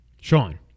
Sean